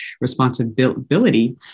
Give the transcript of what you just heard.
responsibility